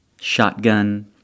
shotgun